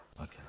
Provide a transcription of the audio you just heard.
Okay